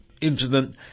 incident